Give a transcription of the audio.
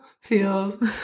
feels